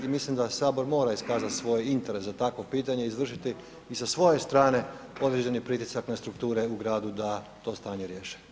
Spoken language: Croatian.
I mislim da Sabor mora iskazati svoj interes za takvo pitanje, izvršiti i sa svoje strane određeni pritisak na strukture u gradu da to stanje riješe.